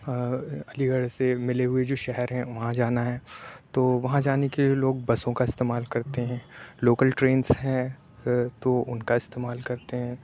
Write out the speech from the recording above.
علی گڑھ سے ملے ہوئے جو شہر ہیں وہاں جانا ہے تو وہاں جانے کے لیے لوگ بسوں کا استعمال کرتے ہیں لوکل ٹرینس ہیں تو اُن کا استعمال کرتے ہیں